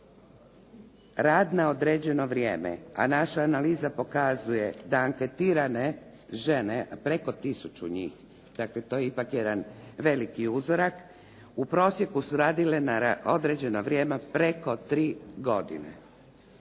Rad na određeno vrijeme, a naša analiza pokazuje da anketirane žene, preko tisuću njih, dakle to je ipak jedan veliki uzorak, u prosjeku su radile na određeno vrijeme preko 3 godine.